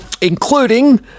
including